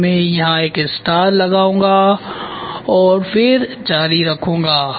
इसलिए मैं यहां एक स्टार लगाऊंगा और फिर जारी रखूंगा